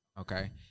Okay